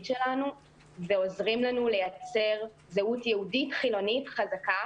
שלנו ועוזרים לנו לייצר זהות יהודית חילונית חזקה.